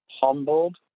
humbled